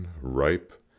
ripe